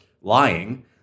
lying